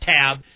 tab